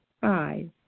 Five